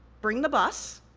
bring the bus,